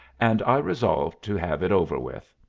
and i resolved to have it over with.